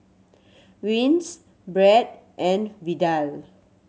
Vince Brett and Vidal